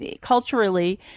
culturally